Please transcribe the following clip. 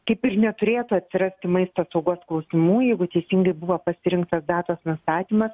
kaip ir neturėtų atsirasti maisto apsaugos klausimų jeigu teisingai buvo pasirinktas datos nustatymas